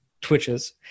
twitches